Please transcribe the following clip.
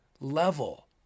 level